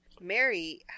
Mary